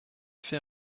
fait